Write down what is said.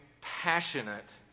passionate